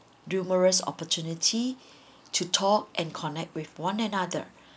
numerous opportunity to talk and connect with one another